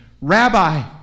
Rabbi